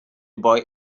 boy